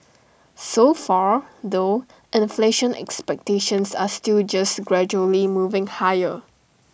so far though inflation expectations are still just gradually moving higher